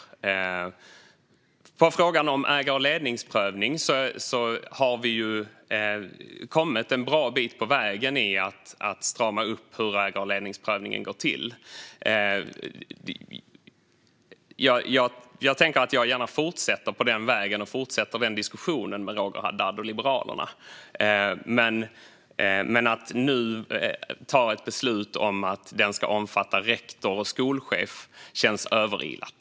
När det gäller frågan om ägar och ledningsprövning har vi kommit en bra bit på väg i att strama upp hur denna prövning går till. Jag fortsätter gärna på den vägen och fortsätter den diskussionen med Roger Haddad och Liberalerna. Att nu ta beslut om att prövningen ska omfatta rektor och skolchef känns dock överilat.